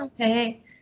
Okay